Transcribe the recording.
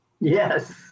Yes